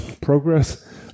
progress